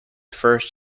first